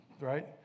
right